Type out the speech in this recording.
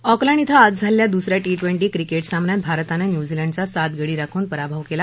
Auckland इथं आज झालेल्या दुस या टी ट्वेंटी क्रिकेट सामन्यात भारतानं न्यूझीलंडचा सात गडी राखून पराभव केला